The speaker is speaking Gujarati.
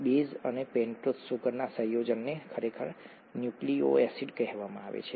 બેઝ અને પેન્ટોઝ સુગરના સંયોજનને ખરેખર ન્યુક્લિઓસાઇડ કહેવામાં આવે છે